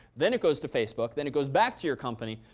then it goes to facebook. then it goes back to your company.